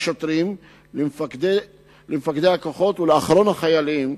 לשוטרים, למפקדי הכוחות ולאחרון החיילים,